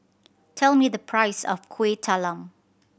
tell me the price of Kuih Talam